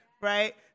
right